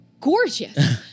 gorgeous